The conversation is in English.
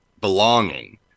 belonging